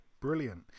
brilliant